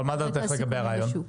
מה דעתך לגבי הרעיון?